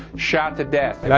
shot to death.